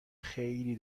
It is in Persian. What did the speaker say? خیلی